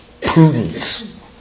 prudence